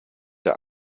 der